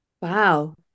Wow